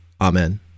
Amen